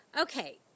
Okay